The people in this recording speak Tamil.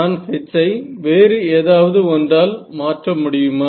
நான் H ஐ வேறு ஏதாவது ஒன்றால் மாற்ற முடியுமா